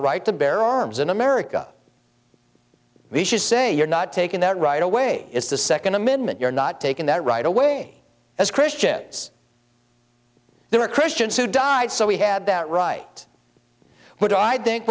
a right to bear arms in america we should say you're not taking that right away it's the second amendment you're not taking that right away as christians there are christians who died so we had that right but i think